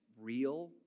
real